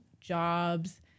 jobs